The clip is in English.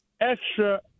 extra